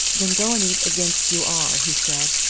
then go and eat against you are, he said.